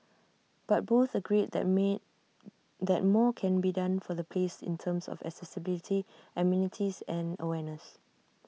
but both agreed that made that more can be done for the place in terms of accessibility amenities and awareness